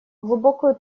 глубокую